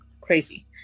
crazy